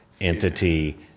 entity